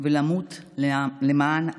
ולמות למען עמי.